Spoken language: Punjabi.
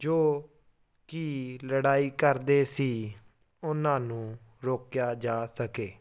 ਜੋ ਕਿ ਲੜਾਈ ਕਰਦੇ ਸੀ ਉਹਨਾਂ ਨੂੰ ਰੋਕਿਆ ਜਾ ਸਕੇ